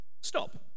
stop